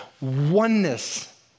Oneness